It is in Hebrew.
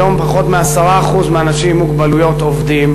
היום פחות מ-10% מהאנשים עם מוגבלויות עובדים.